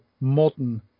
modern